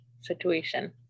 situation